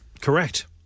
Correct